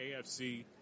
AFC